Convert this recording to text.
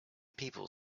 people